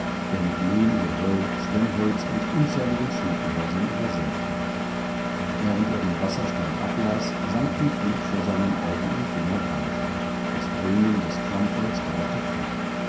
der mit lehm geröll schwemmholz und unzähligen schneckenhäusern übersät war während er den wasserstand ablas sank die flut vor seinen augen um fingerbreite das dröhnen des klammfalls dauerte fort